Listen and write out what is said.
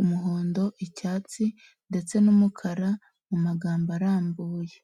umuhondo, icyatsi ndetse n'umukara mu magambo arambuye.